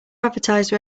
advertise